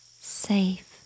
safe